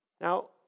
Now